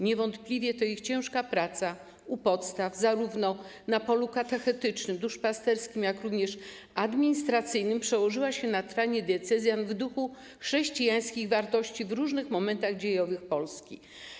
Niewątpliwie to ich ciężka praca u podstaw zarówno na polu katechetycznym, duszpasterskim, jak i administracyjnym przełożyła się na trwanie diecezjan w duchu chrześcijańskich wartości w różnych momentach dziejowych Polski.